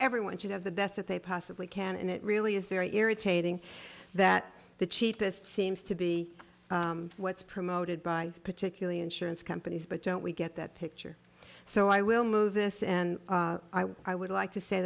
everyone should have the best that they possibly can and it really is very irritating that the cheapest seems to be what's promoted by particularly insurance companies but don't we get that picture so i will move this and i would like to say